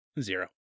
Zero